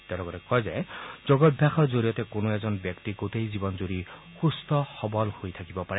তেওঁ লগতে কয় যে যোগাভ্যাসৰ জৰিয়তে কোনো এজন ব্যক্তি গোটেই জীৱন জুৰি সুস্থ সবল হৈ থাকিব পাৰে